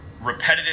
Repetitive